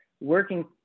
working